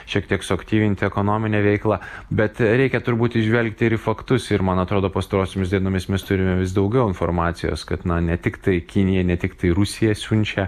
šiek tiek suaktyvinti ekonominę veiklą bet reikia turbūt įžvelgti ir į faktus ir man atrodo pastarosiomis dienomis mes turime vis daugiau informacijos kad ne tiktai kinija ne tiktai rusija siunčia